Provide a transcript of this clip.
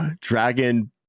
Dragon